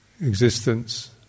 existence